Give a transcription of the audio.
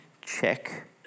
check